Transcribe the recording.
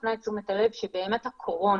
אני כן מפנה את תשומת הלב שבאמת הקורונה